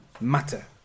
matter